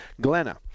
Glenna